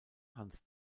hans